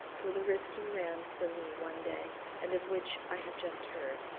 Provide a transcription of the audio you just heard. for the risk you ran for me one day and of which i have just heard.